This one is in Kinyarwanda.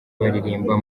baririmba